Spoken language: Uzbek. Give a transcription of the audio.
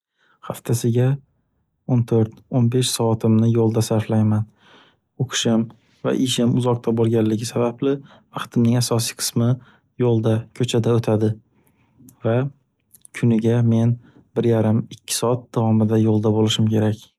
Haftasiga o'n to'rt, o'n besh soatimni yo'lda sarflayman, o'qishim va ishim uzoqda bo'lganligi sababli vaqtimning asosiy qismi yo'lda, ko'chada o'tadi va kuniga men bir yarim, ikki soat davomida yo'lda bo'lishim kerak.